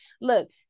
look